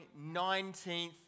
19th